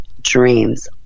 dreams